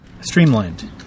streamlined